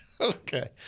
Okay